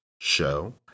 show